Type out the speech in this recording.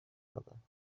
دادند